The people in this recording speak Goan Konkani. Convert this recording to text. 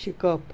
शिकप